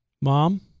Mom